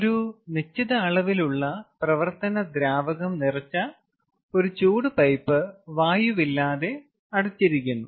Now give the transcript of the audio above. ഒരു നിശ്ചിത അളവിലുള്ള പ്രവർത്തന ദ്രാവകം നിറച്ച ഒരു ചൂട് പൈപ്പ് വായുവില്ലാതെ അടച്ചിരിക്കുന്നു